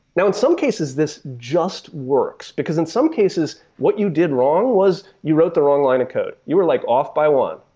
now, in some cases this just works, because in some cases, what you did wrong was you wrote the wrong line of code. you are like off by one,